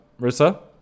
Rissa